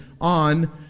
on